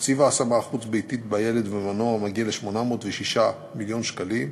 תקציב ההשמה החוץ-ביתית בשירות ילד ונוער מגיע ל-806 מיליון שקלים,